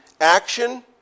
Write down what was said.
action